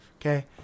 okay